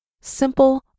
Simple